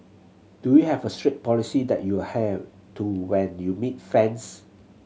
do you have a strict policy that you adhere to when you meet fans